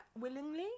willingly